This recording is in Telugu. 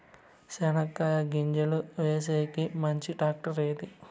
చెనక్కాయ గింజలు వేసేకి మంచి టాక్టర్ ఏది?